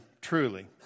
truly